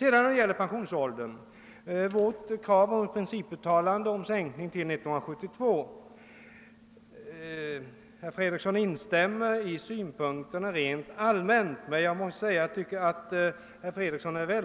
I fråga om motionärernas krav på ett principuttalande om en sänkning av pensionsåldern 1972 instämmer herr Fredriksson rent allmänt i synpunkterna, men jag tyckte dock att